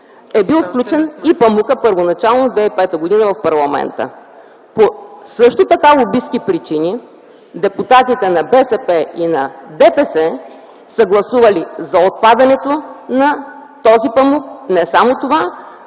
е бил включен и памукът първоначално 2005 г. в парламента. По също така лобистки причини депутатите на БСП и на ДПС са гласували за отпадането на този памук. Не само това,